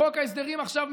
בחוק ההסדרים עכשיו,